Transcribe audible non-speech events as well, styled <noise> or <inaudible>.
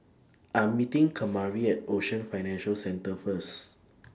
I'm meeting <noise> Kamari At Ocean Financial Centre First <noise>